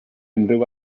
unrhyw